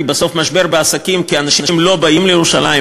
כי בסוף יש משבר בעסקים כי אנשים לא באים לירושלים,